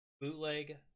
bootleg